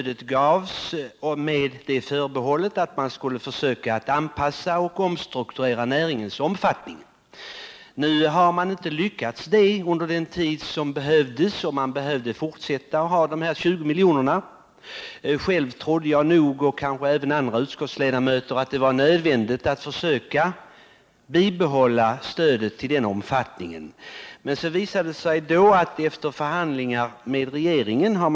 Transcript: Det gavs med förbehållet att man skulle försöka omstrukturera näringen och anpassa den till marknaden. Detta har man ännu inte lyckats göra, och man behövde därför fortsatt stöd. Jag, och kanske även andra utskottsledamöter, trodde att det var nödvändigt att ge broilernäringen ett fortsatt prisstöd på 20 milj.kr.